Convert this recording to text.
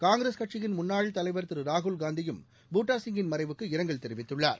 காங்கிரஸ் கட்சியின் முன்னாள் தலைவா் திருராகுல்காந்தியும் பூட்டாசிங்கின் மறைவுக்கு இரங்கல் தெரிவித்துள்ளார்